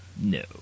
No